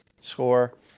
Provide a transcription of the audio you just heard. score